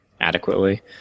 adequately